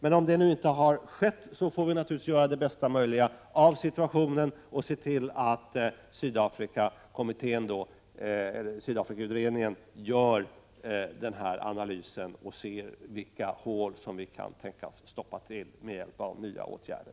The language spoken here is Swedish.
Men om detta nu inte har skett får vi naturligtvis göra det bästa möjliga av situationen och se till att Sydafrikakommittén gör denna analys och tar reda på vilka hål vi kan tänkas stoppa till med hjälp av nya åtgärder.